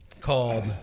called